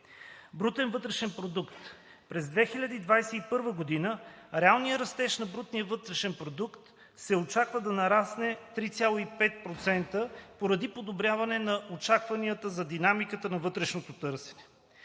Брутен вътрешен продукт. През 2021 г. реалният растеж на БВП се очаква да нарасне 3,5%, поради подобряване на очакванията за динамиката на вътрешното търсене.